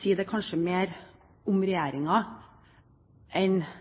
sier det kanskje mer om regjeringen enn